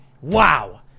Wow